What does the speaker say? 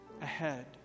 ahead